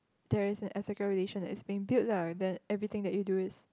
there is an ethical relation that's being built lah that everything you do it